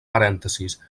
parèntesis